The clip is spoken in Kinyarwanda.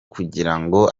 kugirango